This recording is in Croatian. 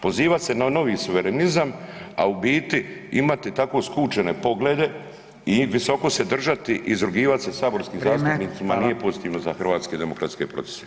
Pozivat se na novi suverenizam, a u biti imati tako skučene poglede i visoko se držati, izrugivati se [[Upadica: Vrijeme, hvala.]] saborskim zastupnicima nije pozitivno za hrvatske demokratske procese.